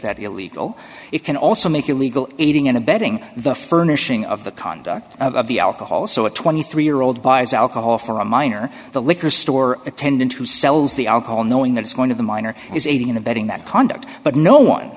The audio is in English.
that illegal it can also make it legal aiding and abetting the furnishing of the conduct of the alcohol so a twenty three year old buys alcohol from a minor the liquor store attendant who sells the alcohol knowing that it's going to the minor is aiding and abetting that conduct but no one